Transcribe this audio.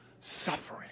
suffering